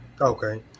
Okay